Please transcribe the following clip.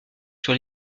sur